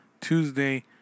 Tuesday